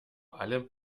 allem